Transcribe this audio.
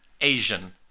Asian